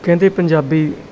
ਕਹਿੰਦੇ ਪੰਜਾਬੀ